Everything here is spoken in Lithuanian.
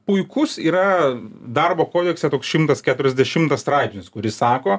puikus yra darbo kodekse toks šimtas keturiasdešimtas straipsnis kuris sako